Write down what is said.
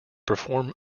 perform